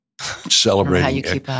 celebrating